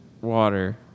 water